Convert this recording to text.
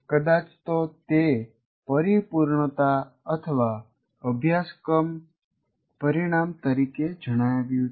કદાચ તો તે પરિપૂર્ણતા અથવા અભ્યાસક્રમ પરિણામ તરીકે જણાવ્યું છે